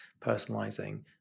Personalizing